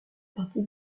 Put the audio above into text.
partie